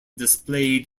displayed